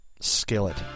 Skillet